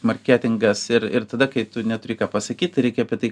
marketingas ir ir tada kai tu neturi ką pasakyt reikia apie tai